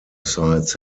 sites